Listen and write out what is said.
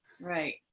Right